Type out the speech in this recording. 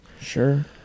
sure